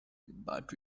but